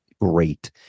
great